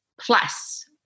plus